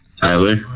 Tyler